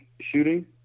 shooting